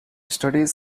studies